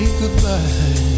goodbye